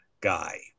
guy